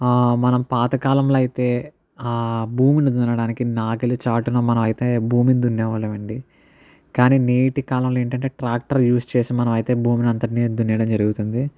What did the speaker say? మన పాతకాలంలో అయితే భూమిని దున్నడానికి నాగలి చాటున మనమైతే భూమిని దున్నేవాళ్ళమండి కాని నేటి కాలంలో ఏంటంటే ట్రాక్టర్ యూజ్ చేసి మనమైతే భూమినంతటినీ దున్నడం జరుగుతుంది